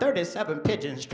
thirty seven pigeons